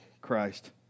Christ